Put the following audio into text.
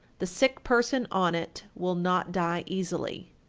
the sick person on it will not die easily.